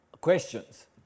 questions